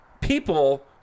people